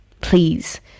please